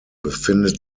befindet